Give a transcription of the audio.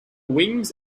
wings